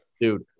Dude